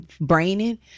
braining